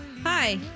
Hi